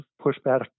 pushback